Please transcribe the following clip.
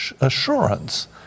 assurance